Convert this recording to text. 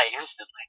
instantly